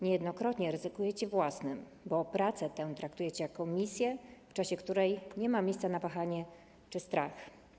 Niejednokrotnie ryzykujecie własnym, bo pracę tę traktujecie jako misję, w czasie której nie ma miejsca na wahanie czy strach.